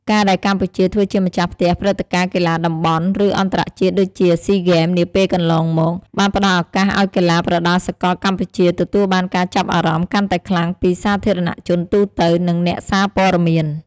ការដែលកម្ពុជាធ្វើជាម្ចាស់ផ្ទះព្រឹត្តិការណ៍កីឡាតំបន់ ឬអន្តរជាតិ ដូចជា សុី ហ្គេម នាពេលកន្លងមក បានផ្តល់ឱកាសឲ្យកីឡាប្រដាល់សកលកម្ពុជាទទួលបានការចាប់អារម្មណ៍កាន់តែខ្លាំងពីសាធារណជនទូទៅ និងអ្នកសារព័ត៌មាន។